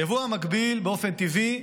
היבוא המקביל, באופן טבעי,